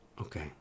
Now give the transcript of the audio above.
Okay